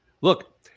Look